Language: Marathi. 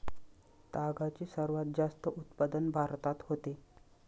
तागाचे सर्वात जास्त उत्पादन भारतात होते